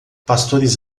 pastores